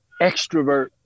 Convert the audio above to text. extrovert